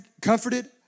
comforted